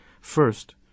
First